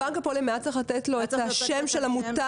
בנק הפועלים היה צריך לתת לו את השם של המוטב,